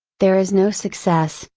there is no success,